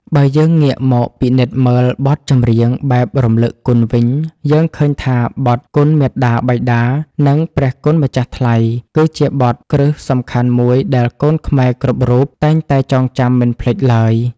បើយើងងាកមកពិនិត្យមើលបទចម្រៀងបែបរំលឹកគុណវិញ យើងឃើញថាបទ គុណមាតាបិតា និង ព្រះគុណម្ចាស់ថ្លៃ គឺជាបទ គ្រឹះសំខាន់មួយដែលកូនខ្មែរគ្រប់រូបតែងតែចងចាំមិនភ្លេចឡើយ។